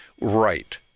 Right